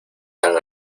tan